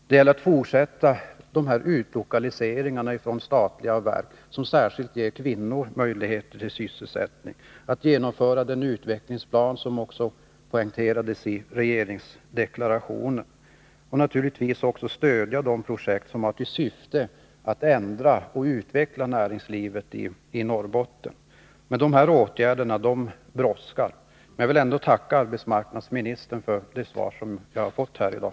Det gäller att fortsätta utlokaliseringarna från statliga verk som ger särskilt kvinnor möjlighet till sysselsättning, att genomföra den utvecklingsplan som poängterats i regeringsdeklarationen och naturligtvis också att stödja de projekt som har till syfte att ändra och utveckla näringslivet i Norrbotten. Det brådskar med dessa åtgärder. Men jag vill ändå tacka arbetsmarknadsministern för det svar som jag har fått här i dag.